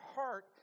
heart